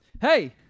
Hey